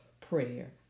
prayer